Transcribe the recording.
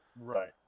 Right